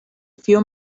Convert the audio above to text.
few